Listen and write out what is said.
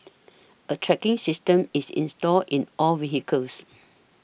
a tracking system is installed in all vehicles